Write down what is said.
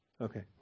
Okay